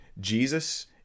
Jesus